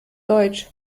deutsch